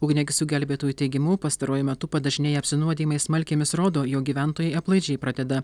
ugniagesių gelbėtojų teigimu pastaruoju metu padažnėję apsinuodijimai smalkėmis rodo jog gyventojai aplaidžiai pradeda